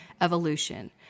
evolution